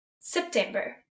September